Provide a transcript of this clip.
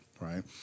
right